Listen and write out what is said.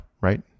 right